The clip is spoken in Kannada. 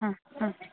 ಹ್ಞೂ ಹ್ಞೂ